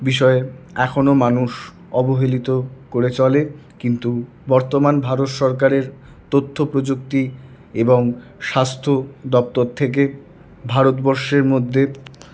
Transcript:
বিষয়ে এখনো মানুষ অবহেলিত করে চলে কিন্তু বর্তমান ভারত সরকারের তথ্যপ্রযুক্তি এবং স্বাস্থ্যদপ্তর থেকে ভারতবর্ষের মধ্যে